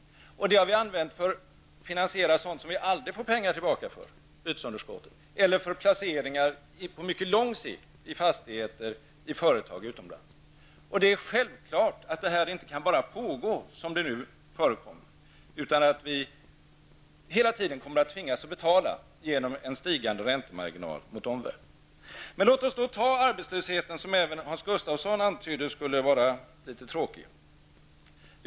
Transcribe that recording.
Dessa pengar har vi använt för att finansiera sådant som vi aldrig får pengar tillbaka för, t.ex. bytesunderskottet eller för placering på mycket lång sikt i fastigheter och företag utomlands. Detta kan självfallet inte pågå som det nu gör. Vi kommer hela tiden att tvingas att betala genom en stigande räntemarginal mot omvärlden. När det gäller arbetslösheten antydde även Hans Gustafsson att den skulle vara litet tråkig.